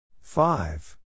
Five